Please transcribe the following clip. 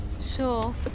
Sure